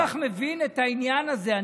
בסדר, לא משנה, אני לא כל כך מבין את העניין הזה.